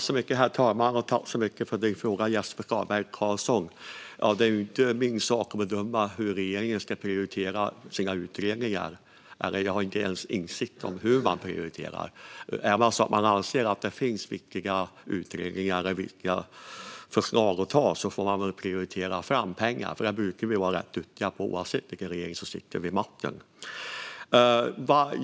Herr talman! Tack så mycket för din fråga, Jesper Skalberg Karlsson! Det är inte min sak att bedöma hur regeringen ska prioritera sina utredningar. Jag har inte ens insikt om hur man prioriterar. Om man anser att det finns viktiga utredningar och viktiga förslag att ta får man väl prioritera fram pengar. Det brukar vi vara rätt duktiga på, oavsett vilken regering som sitter vid makten.